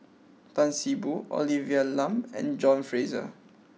Tan See Boo Olivia Lum and John Fraser